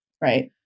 Right